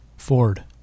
Ford